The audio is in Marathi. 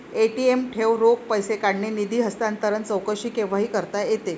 ए.टी.एम ठेव, रोख पैसे काढणे, निधी हस्तांतरण, चौकशी केव्हाही करता येते